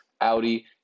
Audi